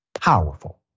powerful